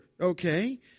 okay